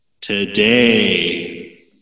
today